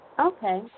Okay